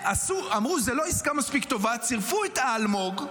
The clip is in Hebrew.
אמרו שזאת לא עסקה מספיק טובה, צירפו את אלמוג,